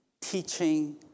teaching